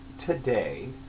today